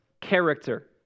character